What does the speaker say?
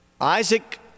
Isaac